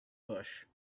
bush